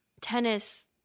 tennis